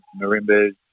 marimbas